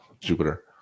Jupiter